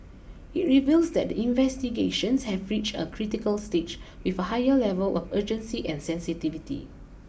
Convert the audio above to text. it reveals that the investigations have reached a critical stage with a higher level of urgency and sensitivity